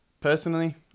personally